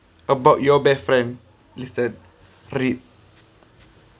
about your best friend is that trip